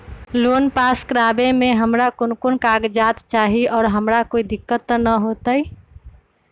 Loan pass करवावे में हमरा कौन कौन कागजात चाही और हमरा कोई दिक्कत त ना होतई?